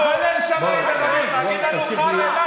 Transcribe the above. בכל מקום שבו הם נמצאים, כך אנחנו נמשיך.